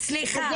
סליחה,